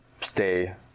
stay